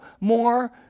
more